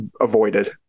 avoided